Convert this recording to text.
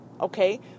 okay